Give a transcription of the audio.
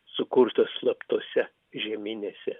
sukurtos slaptose žeminėse